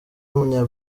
w’umunya